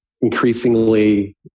increasingly